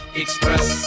express